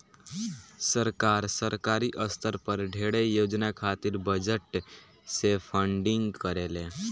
सरकार, सरकारी स्तर पर ढेरे योजना खातिर बजट से फंडिंग करेले